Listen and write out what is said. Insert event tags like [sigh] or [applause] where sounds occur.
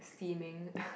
steaming [laughs]